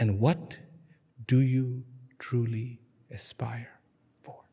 and what do you truly aspire for